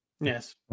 yes